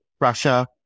Russia